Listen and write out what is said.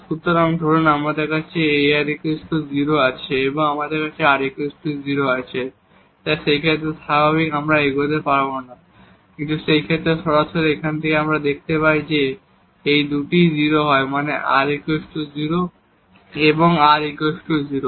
সুতরাং ধরুন আমাদের ar 0 আছে এবং আমাদের r 0 আছে তাই সেই ক্ষেত্রে স্বাভাবিকভাবেই আমরা এভাবে এগোতে পারব না কিন্তু সেই ক্ষেত্রে সরাসরি এখান থেকে আমরা দেখতে পাই যে যদি এই দুটি 0 হয় r 0 এবং r 0